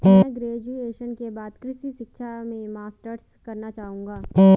मैं ग्रेजुएशन के बाद कृषि शिक्षा में मास्टर्स करना चाहूंगा